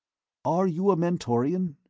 are you a mentorian?